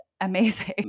amazing